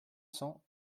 cents